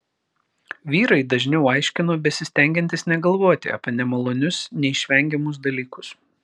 vyrai dažniau aiškino besistengiantys negalvoti apie nemalonius neišvengiamus dalykus